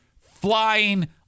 flying